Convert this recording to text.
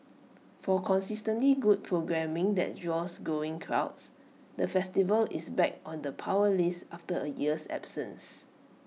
for consistently good programming that draws growing crowds the festival is back on the power list after A year's absence